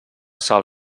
sal